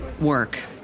work